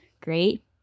great